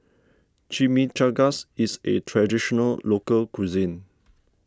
Chimichangas is a Traditional Local Cuisine